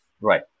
Right